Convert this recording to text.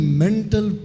mental